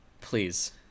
Please